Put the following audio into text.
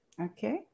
Okay